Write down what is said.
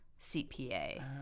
CPA